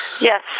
Yes